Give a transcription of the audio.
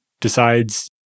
decides